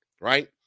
right